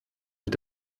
mit